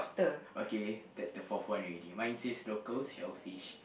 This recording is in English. okay that's the fourth one already mine says local shellfish